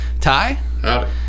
Ty